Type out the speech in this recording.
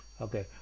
Okay